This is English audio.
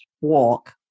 walk